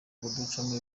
kuducamo